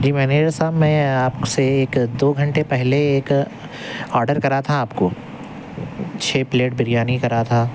جی manager صاحب میں آپ سے ایک دو گھنتے پہلے ایک آرڈر کرا تھا آپ کو چھے پلیٹ بریانی کرا تھا